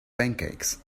pancakes